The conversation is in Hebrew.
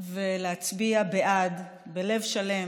ולהצביע בעד, בלב שלם,